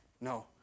No